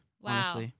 wow